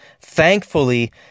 thankfully